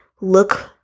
look